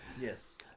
Yes